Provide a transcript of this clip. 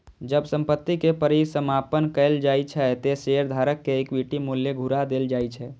जब संपत्ति के परिसमापन कैल जाइ छै, ते शेयरधारक कें इक्विटी मूल्य घुरा देल जाइ छै